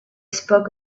spoke